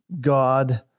God